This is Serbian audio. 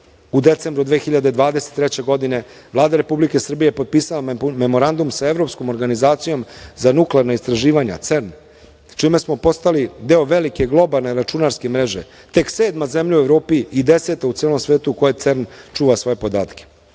U decembru 2023. godine Vlada Republike Srbije potpisala je Memorandum sa Evropskom organizacijom za nuklearna istraživanja CERN, čime smo postali deo velike globalne računarske mreže, tek sedma zemlja u Evropi i deseta u celom svetu u kojoj CERN čuva svoje podatke. Daljim